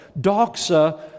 Doxa